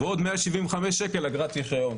ועוד 175 שקלים אגרת רישיון,